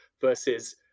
versus